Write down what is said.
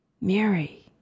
Mary